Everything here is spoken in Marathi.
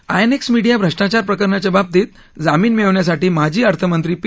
आय एन एक्स मिडीया भ्रष्टाचार प्रकरणाच्या बाबतीत जामीन मिळवण्यासाठी माजी अर्थमंत्री पी